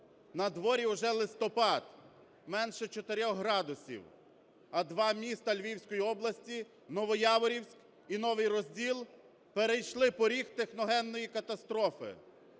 На дворі вже листопад, менше 4 градусів. А два міста Львівської області – Новояворівськ і Новий Розділ – перейшли поріг техногенної катастрофи.